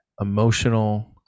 emotional